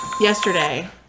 yesterday